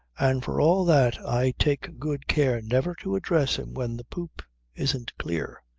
and for all that i take good care never to address him when the poop isn't clear.